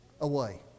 away